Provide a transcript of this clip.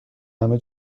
همه